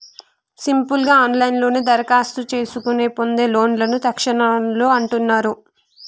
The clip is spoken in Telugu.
సింపుల్ గా ఆన్లైన్లోనే దరఖాస్తు చేసుకొని పొందే లోన్లను తక్షణలోన్లు అంటున్నరు